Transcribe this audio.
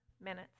minutes